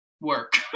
work